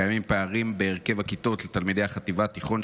קיימים פערים בהרכב הכיתות לתלמידי חטיבה ותיכון,